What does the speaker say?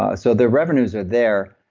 ah so the revenues are there,